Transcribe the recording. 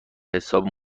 حساب